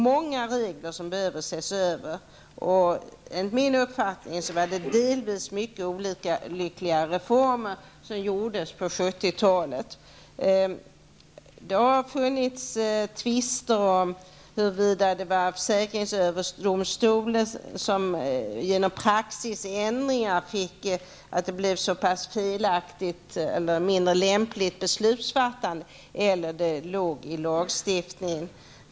Många regler behöver ses över. Enligt min uppfattning genomfördes många olyckliga reformer på 70-talet. Det har varit tvister om huruvida det var försäkringsöverdomstolen som genom praxisändringar gjorde att det blev ett mindre lämpligt beslut eller om det låg i lagstiftningen.